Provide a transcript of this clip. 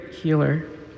healer